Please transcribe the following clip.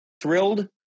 thrilled